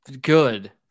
good